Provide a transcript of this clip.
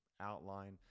outline